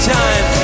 time